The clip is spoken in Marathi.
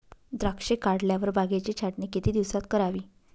द्राक्षे काढल्यावर बागेची छाटणी किती दिवसात करावी?